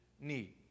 need